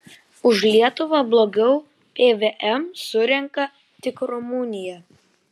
už lietuvą blogiau pvm surenka tik rumunija